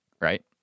right